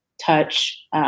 touch